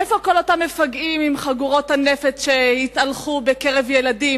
איפה כל אותם מפגעים עם חגורות הנפץ שהתהלכו בקרב ילדים,